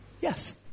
Yes